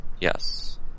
Yes